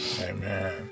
Amen